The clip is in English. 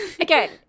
Again